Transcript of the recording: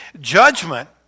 judgment